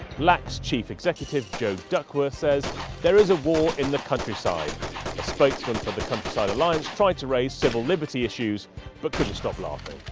lacs chief executive joe duckworth says there is a war in the countryside spokesman for the countryside alliance tried to raise civil liberty issues but couldn't stop laughing.